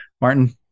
Martin